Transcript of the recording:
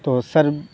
تو سر